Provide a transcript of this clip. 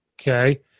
okay